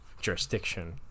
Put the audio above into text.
jurisdiction